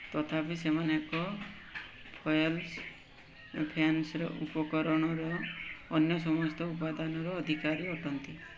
ତଥାପି ସେମାନେ ଏକ ଫଏଲ୍ ଫେନ୍ସର ଉପକରଣର ଅନ୍ୟ ସମସ୍ତ ଉପାଦାନର ଅଧିକାରୀ ଅଟନ୍ତି